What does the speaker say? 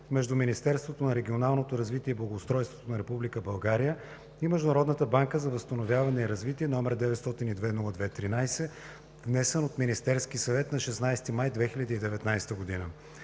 между Министерството на регионалното развитие и благоустройството на Република България и Международната банка за възстановяване и развитие, № 902-02-13, внесен от Министерския съвет на 16 май 2019 г.